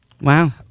Wow